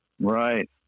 Right